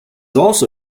also